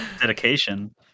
dedication